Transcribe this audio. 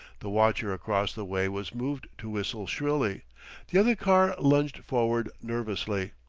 the watcher across the way was moved to whistle shrilly the other car lunged forward nervously.